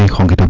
and kong and